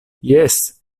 jes